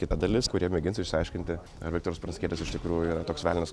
kita dalis kur jie mėgins išsiaiškinti ar viktoras pranckietis iš tikrųjų yra toks velnias